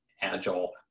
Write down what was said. agile